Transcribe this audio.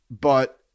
but-